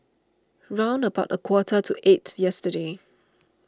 round about a quarter to eight yesterday